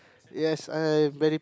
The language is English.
yes I am very